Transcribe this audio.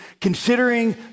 considering